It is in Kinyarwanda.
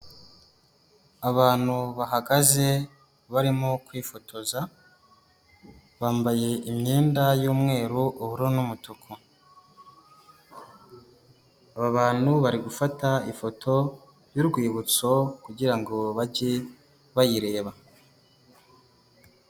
Abantu bahagaze barimo kwifotoza, bambaye imyenda y'umweru, ubururu n'umutuku, aba bantu bari gufata ifoto y'urwibutso kugira ngo bajye bayireba.